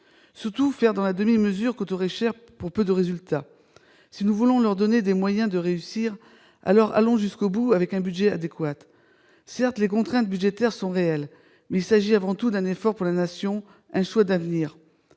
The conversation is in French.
Surtout, faire dans la demi-mesure coûterait cher pour peu de résultats. Si nous voulons donner à ces jeunes les moyens de réussir, alors allons jusqu'au bout, avec un budget adéquat. Certes, les contraintes budgétaires sont réelles, mais il s'agit avant tout d'un effort pour la Nation, un choix d'avenir.